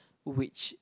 which